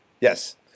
Yes